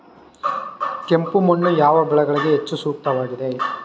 ಕೆಂಪು ಮಣ್ಣು ಯಾವ ಬೆಳೆಗಳಿಗೆ ಹೆಚ್ಚು ಸೂಕ್ತವಾಗಿದೆ?